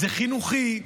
זה חינוכי,